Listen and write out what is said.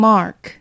Mark